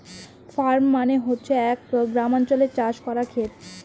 farm মানে হচ্ছে এক গ্রামাঞ্চলে চাষ করার খেত